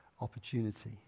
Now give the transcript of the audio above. opportunity